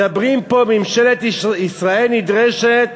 מדברים פה, ממשלת ישראל נדרשת